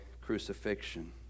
crucifixion